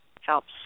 helps